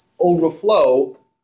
overflow